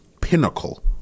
pinnacle